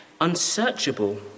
unsearchable